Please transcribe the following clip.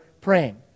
praying